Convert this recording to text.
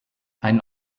ein